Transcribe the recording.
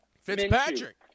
Fitzpatrick